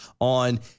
on